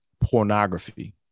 pornography